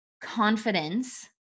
confidence